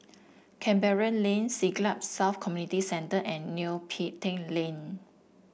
Canberra Lane Siglap South Community Centre and Neo Pee Teck Lane